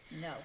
No